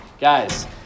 guys